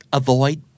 avoid